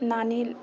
नानी